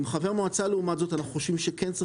עם חבר מגבלה לעומת זאת אנו כן חושבים שיש